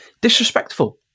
Disrespectful